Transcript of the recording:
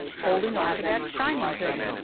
holding on to that shining thing.